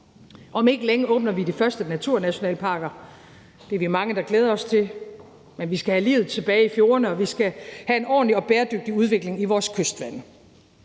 Om ikke længe åbner vi de første naturnationalparker – det er vi mange der glæder os til – men vi skal have livet tilbage i fjordene, og vi skal have en ordentlig og bæredygtig udvikling i vores kystvande.